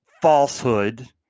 falsehood